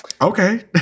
Okay